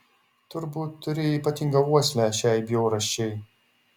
turbūt turi ypatingą uoslę šiai bjaurasčiai